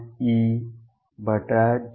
E